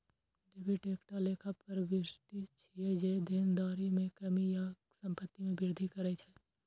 debit एकटा लेखा प्रवृष्टि छियै, जे देनदारी मे कमी या संपत्ति मे वृद्धि करै छै